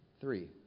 three